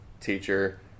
teacher